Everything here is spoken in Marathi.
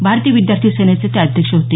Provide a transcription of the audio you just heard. भारतीय विद्यार्थी सेनेचे ते अध्यक्ष होते